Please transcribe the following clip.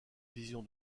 vision